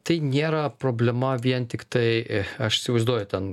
tai nėra problema vien tik tai aš įsivaizduoju ten